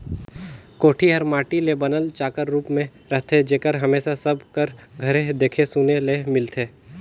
कोठी हर माटी ले बनल चाकर रूप मे रहथे जेहर हमेसा सब कर घरे देखे सुने ले मिलथे